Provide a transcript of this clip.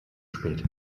spät